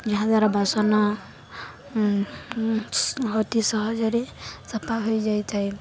ଯାହାଦ୍ୱାରା ବାସନ ଅତି ସହଜରେ ସଫା ହୋଇଯାଇଥାଏ